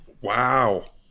wow